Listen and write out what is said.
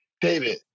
David